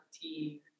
tea